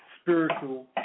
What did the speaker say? spiritual